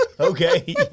Okay